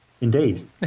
Indeed